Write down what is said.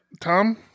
Tom